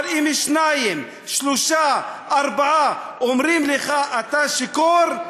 אבל אם שניים, שלושה, ארבעה אומרים לך שאתה שיכור,